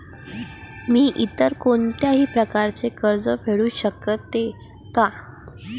मी इतर कोणत्याही प्रकारे कर्ज फेडू शकते का?